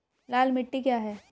लाल मिट्टी क्या है?